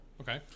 Okay